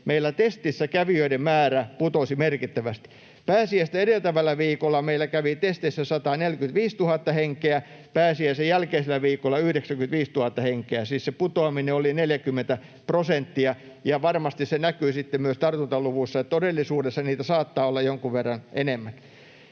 meillä testissä kävijöiden määrä putosi merkittävästi. Pääsiäistä edeltävällä viikolla meillä kävi testeissä 145 000 henkeä, pääsiäisen jälkeisellä viikolla 95 000 henkeä — siis se putoaminen oli 40 prosenttia, ja varmasti se näkyy sitten myös tartuntaluvuissa, niin että todellisuudessa niitä saattaa olla jonkun verran enemmän.